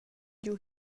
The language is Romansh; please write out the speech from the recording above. giu